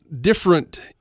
different